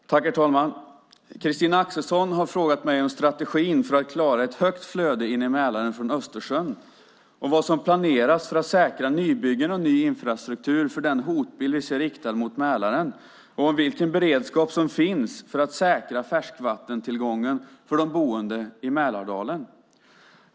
Herr talman! Christina Axelsson har frågat mig om strategin för att klara ett högt flöde in i Mälaren från Östersjön, vad som planeras för att säkra nybyggen och ny infrastruktur för den hotbild vi ser riktad mot Mälaren och vilken beredskap som finns för att säkra färskvattentillgången för de boende i Mälardalen.